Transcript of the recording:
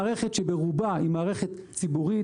שזאת מערכת שברובה היא מערכת ציבורית.